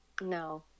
no